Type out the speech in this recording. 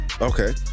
Okay